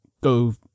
go